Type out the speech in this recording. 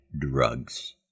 drugs